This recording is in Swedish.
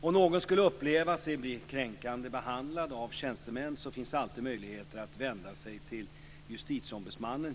Om någon skulle uppleva sig bli kränkande behandlad av tjänstemän finns alltid möjligheten att vända sig till Justitieombudsmannen .